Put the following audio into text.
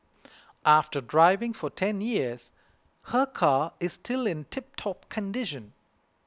after driving for ten years her car is still in tiptop condition